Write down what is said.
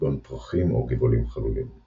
כגון פרחים או גבעולים חלולים;